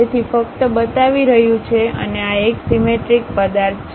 તેથી ફક્ત બતાવી રહ્યું છે અને આ એક સીમેટ્રિક પદાર્થ છે